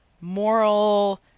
moral